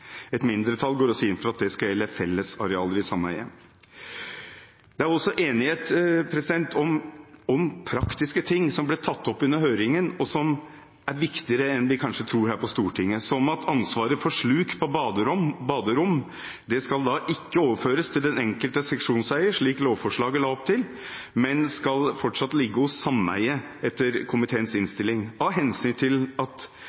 Et mindretall går inn for at det også skal gjelde fellesarealer i sameiet. Det er også enighet om en del praktiske ting som ble tatt opp under høringen, og som er viktigere enn vi kanskje tror her på Stortinget. For eksempel skal ansvaret for sluk på baderom ikke overføres til den enkelte seksjonseier, slik lovforslaget la opp til, men etter komiteens innstilling fortsatt ligge hos sameiet, av hensyn til at